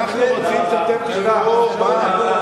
תודה רבה.